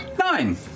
Nine